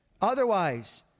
Otherwise